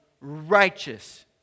righteous